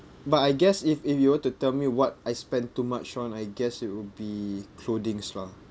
but I guess if if you were to tell me what I spend too much on I guess it would be clothings lah